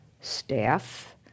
staff